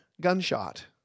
gunshot